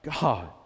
God